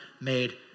made